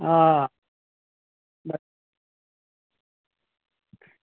હા